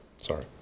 Sorry